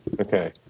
Okay